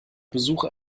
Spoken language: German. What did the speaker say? besuch